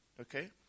Okay